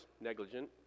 negligent